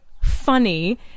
funny